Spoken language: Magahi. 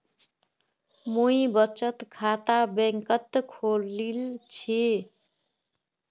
मुई बचत खाता बैंक़त खोलील छि